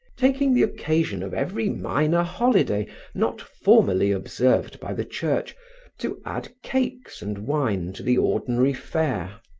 taking the occasion of every minor holiday not formally observed by the church to add cakes and wine to the ordinary fare,